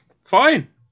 Fine